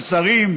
של שרים,